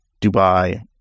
Dubai